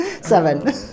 Seven